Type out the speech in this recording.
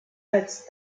als